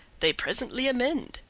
they presently amend,